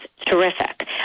terrific